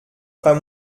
pas